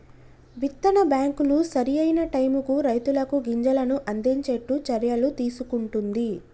విత్తన బ్యాంకులు సరి అయిన టైముకు రైతులకు గింజలను అందిచేట్టు చర్యలు తీసుకుంటున్ది